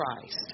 Christ